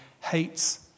Hates